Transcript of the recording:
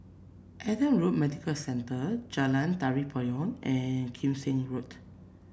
Adam Road Medical Centre Jalan Tari Payong and Kim Seng Road